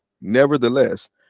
Nevertheless